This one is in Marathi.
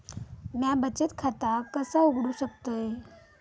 म्या बचत खाता कसा उघडू शकतय?